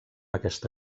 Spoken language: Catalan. aquesta